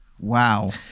Wow